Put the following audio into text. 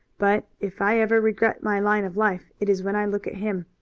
but if i ever regret my line of life it is when i look at him.